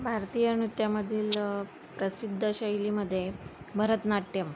भारतीय नृत्यामधील प्रसिद्ध शैलीमध्ये भरतनाट्यम